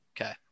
Okay